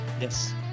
Yes